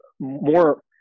more